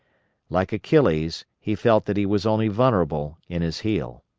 like achilles he felt that he was only vulnerable in his heel.